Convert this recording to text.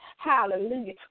Hallelujah